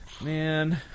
Man